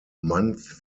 months